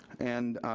and